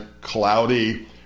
cloudy